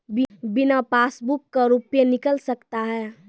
बिना पासबुक का रुपये निकल सकता हैं?